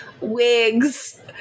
Wigs